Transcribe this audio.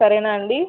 సరేనా అండి